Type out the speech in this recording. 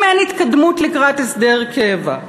אם אין התקדמות לקראת הסדר קבע,